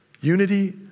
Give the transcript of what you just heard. Unity